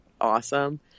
awesome